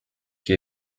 qui